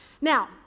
Now